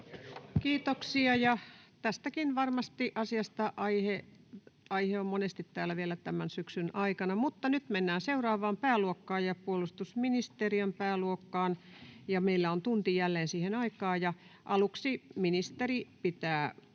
Kiitoksia, ja tämäkin aihe varmasti on monesti täällä vielä tämän syksyn aikana. — Mutta nyt mennään seuraavaan pääluokkaan, puolustusministeriön pääluokkaan, ja meillä on tunti jälleen siihen aikaa, ja aluksi ministeri pitää